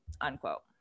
unquote